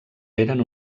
eren